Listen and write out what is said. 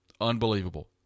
Unbelievable